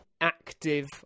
active